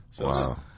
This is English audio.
Wow